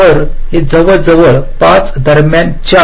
तर हे जवळजवळ 5 दरम्यान 4